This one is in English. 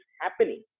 happening